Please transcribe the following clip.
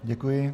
Děkuji.